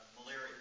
malaria